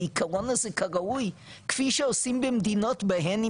העיקרון הזה כראוי כפי שעושים במדינות בהן,